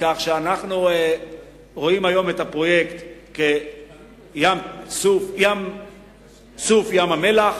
אנחנו רואים את הפרויקט ים-סוף ים-המלח.